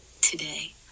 today